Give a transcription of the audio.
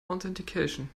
authentication